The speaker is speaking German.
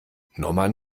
norman